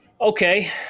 Okay